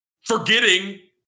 Forgetting